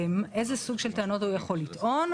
איזה סוג של טענות הוא יכול לטעון.